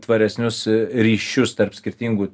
tvaresnius ryšius tarp skirtingų